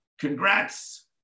Congrats